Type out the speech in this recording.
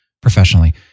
professionally